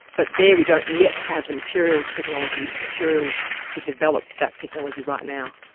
but there we don't yet have the materials technology, materials to develop that technology right now.